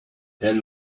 ten